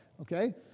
Okay